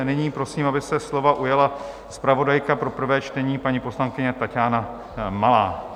Nyní prosím, aby se slova ujala zpravodajka pro prvé čtení, paní poslankyně Taťána Malá.